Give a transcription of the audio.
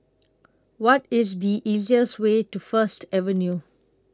What IS The easiest Way to First Avenue